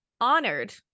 honored